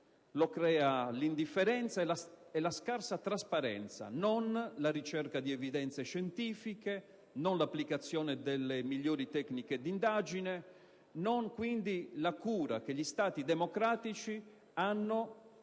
lo crea l'indifferenza e la scarsa trasparenza; non la ricerca di evidenze scientifiche, non l'applicazione delle migliori tecniche d'indagine, non quindi la cura che gli Stati democratici pongono